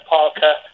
Parker